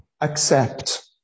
Accept